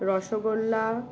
rasgulla